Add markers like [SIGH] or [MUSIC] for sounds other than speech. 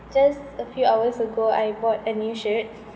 just a few hours ago I bought a new shirt [LAUGHS]